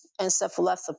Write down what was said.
encephalopathy